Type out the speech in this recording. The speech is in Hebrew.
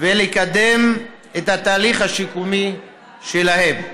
ולקדם את התהליך השיקומי שלהם.